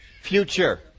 future